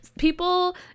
people